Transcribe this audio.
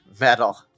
metal